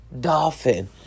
Dolphin